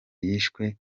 yishwe